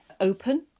open